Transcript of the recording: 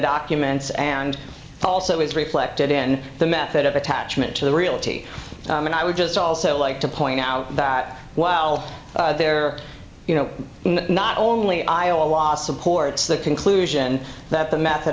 documents and also is reflected in the method of attachment to the realty and i would just also like to point out that while there you know not only iowa last supports the conclusion that the method